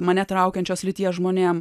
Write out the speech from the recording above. mane traukiančios lyties žmonėm